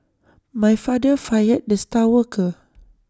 my father fired the star worker